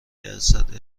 درصد